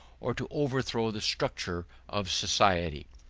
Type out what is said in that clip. or to overthrow the structure of society,